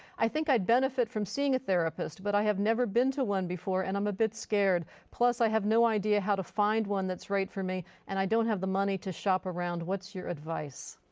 i think i'd benefit from seeing a therapist but i have never been to one before and i'm a bit scared plus i have no idea how to find one that's right for me and i don't have the money to shop around. what's your advice?